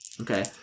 Okay